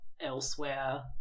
elsewhere